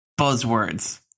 buzzwords